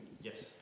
yes